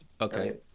Okay